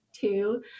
two